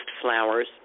flowers